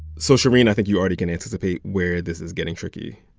so, shereen, i think you already can anticipate where this is getting tricky.